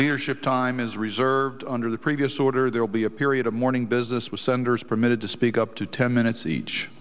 leadership time is reserved under the previous order there will be a period of mourning business with senators permitted to speak up to ten minutes each